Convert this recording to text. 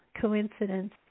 coincidence